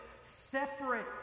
separate